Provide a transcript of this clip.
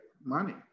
money